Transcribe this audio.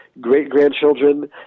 great-grandchildren